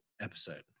episode